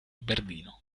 berlino